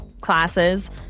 classes